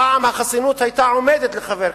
פעם החסינות היתה עומדת לחבר הכנסת,